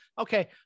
okay